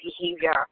behavior